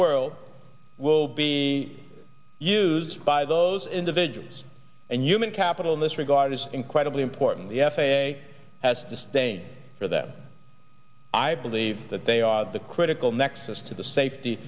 world will be used by those individuals and human capital in this regard is incredibly important the f a a has disdain for that i believe that they are the critical nexus to the safety